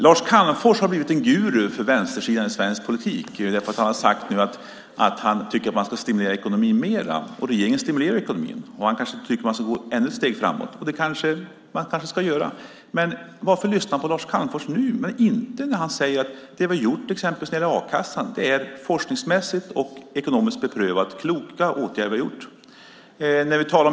Lars Calmfors har blivit en guru för vänstersidan eftersom han har sagt att man ska stimulera ekonomin mer. Det gör regeringen också, men han kanske tycker att man ska gå ännu ett steg framåt - och det ska man kanske göra. Men varför lyssnar ni på Lars Calmfors nu och inte när han säger att det vi har gjort när det gäller a-kassan är forskningsmässigt och ekonomiskt beprövat kloka åtgärder?